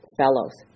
fellows